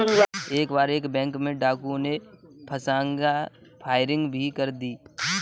एक बार एक बैंक में डाकुओं ने फायरिंग भी कर दी थी